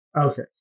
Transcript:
Okay